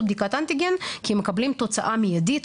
בדיקת אנטיגן כי הם מקבלים תוצאה מיידית,